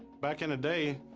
back in the day,